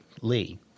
Lee